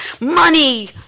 Money